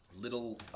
little